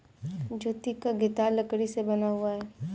ज्योति का गिटार लकड़ी से बना हुआ है